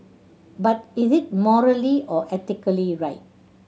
but is it morally or ethically right